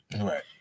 Right